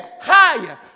higher